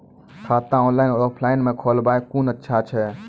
खाता ऑनलाइन और ऑफलाइन म खोलवाय कुन अच्छा छै?